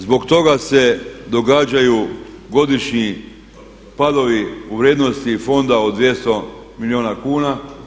Zbog toga se događaju godišnji padovi u vrijednosti fonda od 200 milijuna kuna.